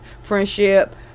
friendship